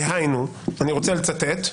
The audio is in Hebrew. דהיינו, ואני רוצה לצטט: